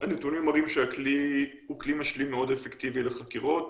הנתונים מראים שהכלי הוא כלי משלים מאוד אפקטיבי לחקירות.